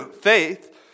Faith